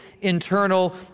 internal